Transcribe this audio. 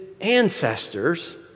ancestors